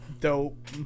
dope